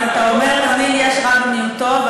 תמיד יש רע במיעוטו.